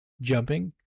jumping